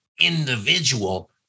individual